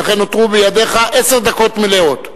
ולכן נותרו בידיך עשר דקות מלאות.